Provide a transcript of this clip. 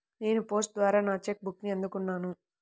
నేను పోస్ట్ ద్వారా నా చెక్ బుక్ని అందుకున్నాను